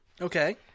Okay